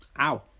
Ow